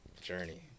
Journey